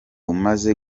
umaze